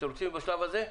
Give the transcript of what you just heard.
אתם רוצים בשלב הזה?